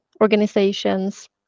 organizations